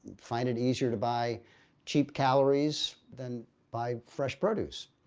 find it easier to buy cheap calories than buy fresh produce.